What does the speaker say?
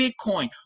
Bitcoin